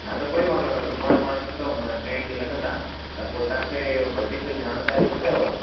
हा त कोई वांदो न सुभाणे पाण निकिरूं मन टे ॾींहं लॻंदा त पोइ तव्हांखे वधीक जाणकारी खपेव